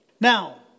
Now